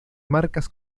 marcas